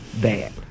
bad